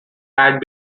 had